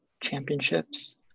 championships